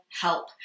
help